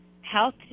health